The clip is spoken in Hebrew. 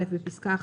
בפסקה (1),